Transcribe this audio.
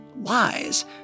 Lies